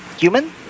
human